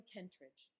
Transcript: Kentridge